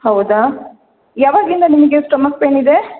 ಹೌದಾ ಯಾವಾಗಿಂದ ನಿಮಗೆ ಸ್ಟಮಕ್ ಪೇಯ್ನ್ ಇದೆ